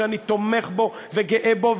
שאני תומך בו וגאה בו,